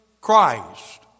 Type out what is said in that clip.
Christ